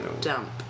dump